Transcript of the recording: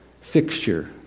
fixture